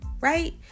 right